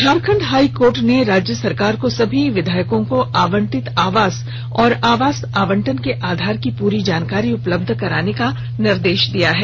Jharkhand high court ने राज्य सरकार को सभी विधायकों को आवंटित आवास और आवास आवंटन के आधार की पूरी जानकारी उपलब्ध कराने का निर्देश दिया है